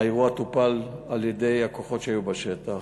האירוע טופל על-ידי הכוחות שהיו בשטח.